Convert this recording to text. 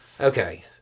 Okay